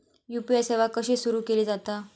UPI सेवा कशी सुरू केली जाता?